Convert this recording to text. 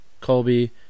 Colby